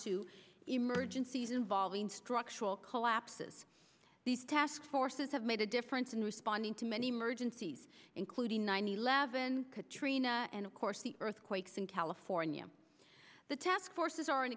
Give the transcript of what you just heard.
to emergencies involving structural collapses these task forces have made a difference in responding to many mergence these including nine eleven katrina and of course the earthquakes in california the task forces are